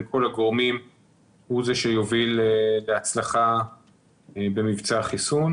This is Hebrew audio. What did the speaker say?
הגורמים הוא זה שיוביל להצלחה במבצע החיסון,